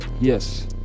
Yes